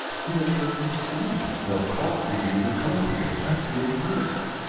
who would chirp you to sleep, or call for you the covey of answering birds?